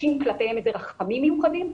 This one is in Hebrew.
חשים כלפיהם רחמים מיוחדים,